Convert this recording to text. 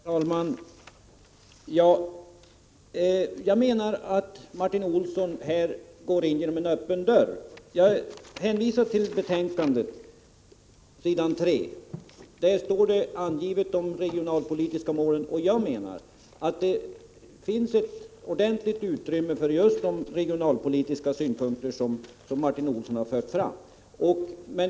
Herr talman! Jag menar att Martin Olsson här slår in en öppen dörr. Jag hänvisar till betänkandet, s. 3, där de regionalpolitiska målen står angivna. Det finns ett ordentligt utrymme för just de regionalpolitiska synpunkter som Martin Olsson har fört fram.